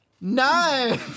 No